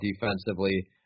defensively